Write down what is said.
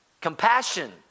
compassion